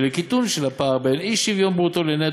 לקיטון הפער בין האי-שוויון ברוטו לנטו.